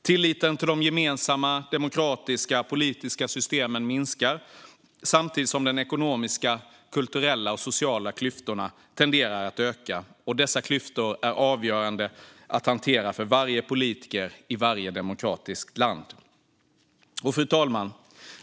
Tilliten till de gemensamma, demokratiska politiska systemen minskar samtidigt som de ekonomiska, kulturella och sociala klyftorna tenderar att öka. Att hantera dessa klyftor är avgörande för varje politiker i varje demokratiskt land. Fru talman!